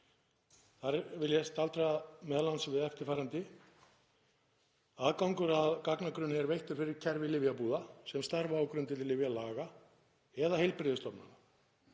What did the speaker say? Þar vil ég staldra m.a. við eftirfarandi: „Aðgangur að gagnagrunni er veittur fyrir kerfi lyfjabúða, sem starfa á grundvelli lyfjalaga, eða heilbrigðisstofnana.